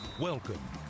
Welcome